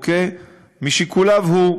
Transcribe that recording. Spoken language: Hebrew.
משיקוליו הוא,